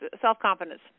self-confidence